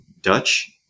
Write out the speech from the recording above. Dutch